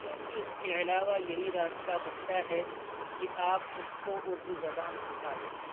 کیونکہ اس کے علاوہ یہی راستہ بچتا ہے کہ آپ اس کو اردو زبان سکھا دیں